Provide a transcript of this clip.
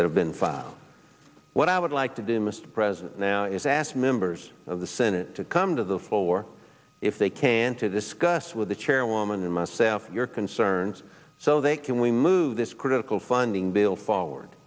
that have been filed what i would like to do mr president now is ask members of the senate to come to the floor if they can to this gus with the chairwoman and myself your concerns so they can we move this critical funding bill forward